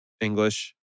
English